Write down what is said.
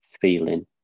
feeling